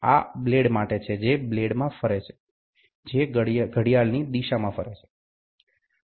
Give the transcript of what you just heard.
આ બ્લેડ માટે છે જે બ્લેડમાં ફરે છે જે ઘડિયાળની દિશામાં ફરે છે